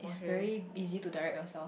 very easy to direct yourself